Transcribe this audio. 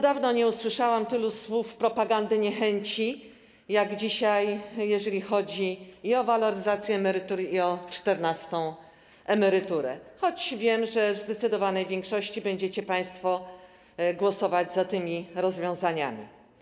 Dawno nie słyszałam tylu takich słów, takiej propagandy niechęci jak dzisiaj, jeżeli chodzi i o waloryzację emerytur, i o czternastą emeryturę, choć wiem, że w zdecydowanej większości będziecie państwo głosować za tymi rozwiązaniami.